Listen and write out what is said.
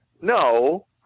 no